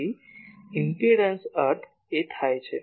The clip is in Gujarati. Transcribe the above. પછી ઇમ્પેડંસ અર્થ એ થાય છે